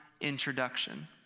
introduction